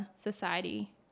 society